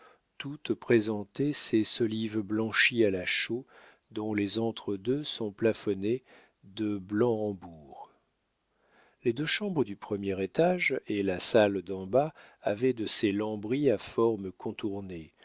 toutes présentaient ces solives blanchies à la chaux dont les entre-deux sont plafonnés de blanc en bourre les deux chambres du premier étage et la salle d'en bas avaient de ces lambris à formes contournées